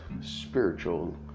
spiritual